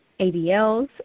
ADLs